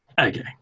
Okay